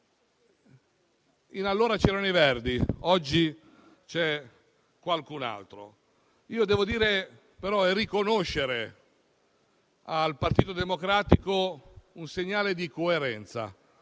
Allora c'erano i verdi; oggi c'è qualcun altro. Devo però riconoscere al Partito Democratico un segnale di coerenza,